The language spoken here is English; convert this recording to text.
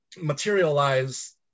Materialize